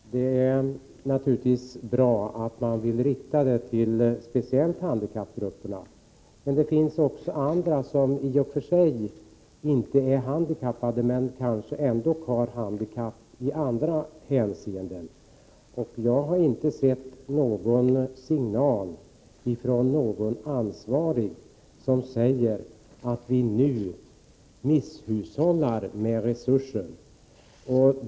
Fru talman! Det är naturligtvis bra att man vill rikta stödet speciellt till handikappgrupperna, men det finns också andra, som i och för sig inte är handikappade men ändock har olika handikapp i andra hänseenden. Jag har inte sett någon signal från någon ansvarig som säger att vi nu misshushållar med resurser.